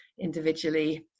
individually